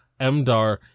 MDAR